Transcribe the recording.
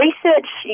Research